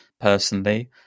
personally